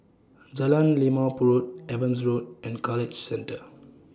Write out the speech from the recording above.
Jalan Limau Purut Evans Road and College Center